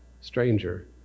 Stranger